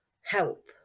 help